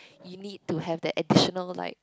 you need to have the additional like